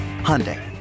Hyundai